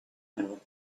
ever